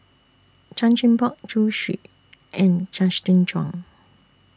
Chan Chin Bock Zhu Xu and Justin Zhuang